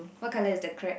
what colour is the crab